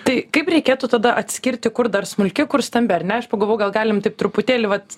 tai kaip reikėtų tada atskirti kur dar smulki kur stambi ar ne aš pagalvojau gal galim taip truputėlį vat